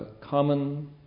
Common